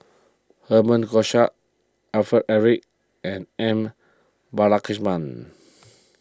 Herman Hochstadt Alfred Eric and M Balakrishnan